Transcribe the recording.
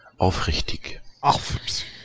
Aufrichtig